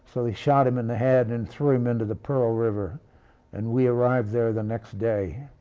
so they shot him in the head and threw him into the pearl river and we arrived there the next day.